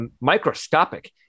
microscopic